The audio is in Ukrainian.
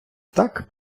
так